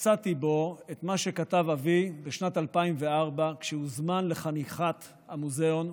מצאתי בו את מה שכתב אבי בשנת 2004 כשהוזמן לחניכת המוזיאון.